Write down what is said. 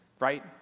Right